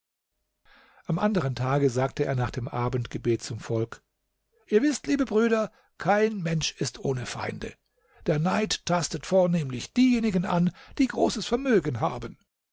am anderen tage sagte er nach dem abendgebet zum volk ihr wißt liebe brüder kein mensch ist ohne feinde der neid tastet vornehmlich diejenigen an die großes vermögen haben